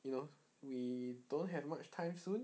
you know we don't have much time soon